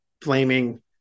blaming